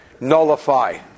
nullify